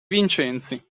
vincenzi